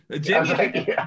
Jimmy